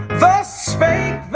thus spake